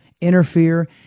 interfere